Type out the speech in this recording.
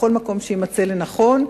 בכל מקום שיימצא לנכון.